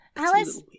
Alice